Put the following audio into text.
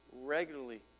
regularly